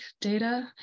data